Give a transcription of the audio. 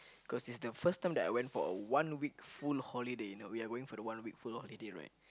cause is the first time that I went for a one week full holiday you know we are going for the one week full holiday right